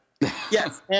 Yes